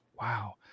Wow